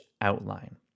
outline